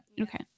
Okay